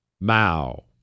Mao